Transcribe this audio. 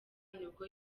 nibwo